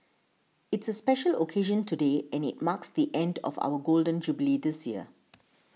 it's a special occasion today and it marks the end of our Golden Jubilee year